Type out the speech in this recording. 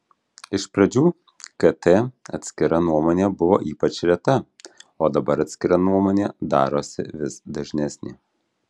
iš pradžių kt atskira nuomonė buvo ypač reta o dabar atskira nuomonė darosi vis dažnesnė